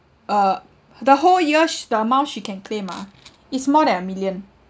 uh the whole year sh~ the amount she can claim ah is more than a million